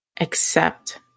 accept